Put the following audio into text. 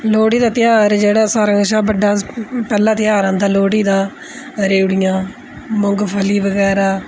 लोह्ड़ी दा त्यहार जेह्ड़ा सारें कशा बड्डा पैह्ला त्यहार आंदा लोह्ड़ी दा रयोड़ियां मुंगफली बगैरा